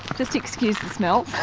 just excuse the smell,